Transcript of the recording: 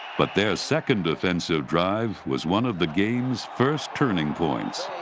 but their second offensive drive was one of the game's first turning points.